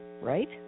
right